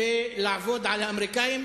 לעבוד על האמריקנים,